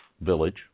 village